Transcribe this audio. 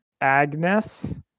agnes